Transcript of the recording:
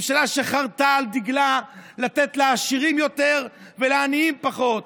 ממשלה שחרתה על דגלה לתת לעשירים יותר ולעניים פחות.